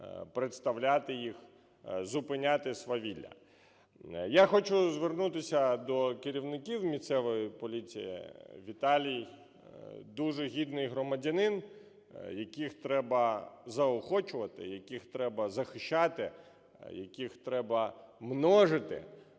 представляти їх, зупиняти свавілля. Я хочу звернутися до керівників місцевої поліції. Віталій дуже гідний громадянин, яких треба заохочувати, яких треба захищати, яких треба множити,